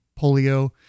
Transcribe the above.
polio